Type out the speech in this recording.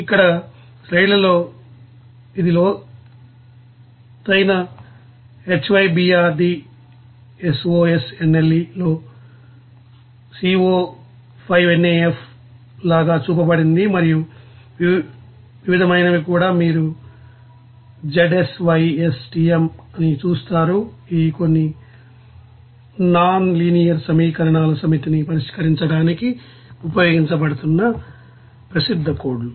ఇక్కడ ఈ స్లయిడ్లో ఇది లోతైన HYBRD SOSNLE లో Co5NAF లాగా చూపబడింది మరియు వివిధమైనవి కూడా మీరు ZSYSTM అని చూస్తారు ఇవి కొన్ని నాన్ లీనియర్ సమీకరణాల సమితిని పరిష్కరించడానికి ఉపయోగించబడుతున్న ప్రసిద్ధ కోడ్లు